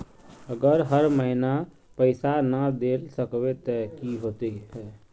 अगर हर महीने पैसा ना देल सकबे ते की होते है?